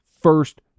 first